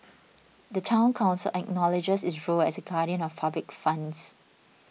the Town Council acknowledges its role as a guardian of public funds